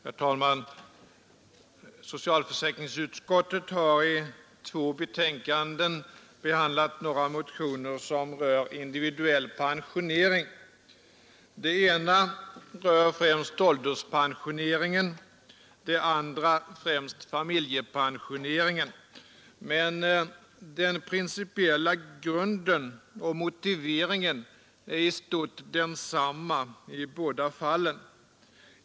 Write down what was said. Herr talman! Socialförsäkringsutskottet har i två betänkanden behandlat några motioner som rör individuell pensionering. Det ena rör främst ålderspensioneringen, det andra främst familjepensioneringen. Men den principiella grunden och motiveringen är i stort sett densamma i båda fallen.